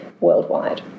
worldwide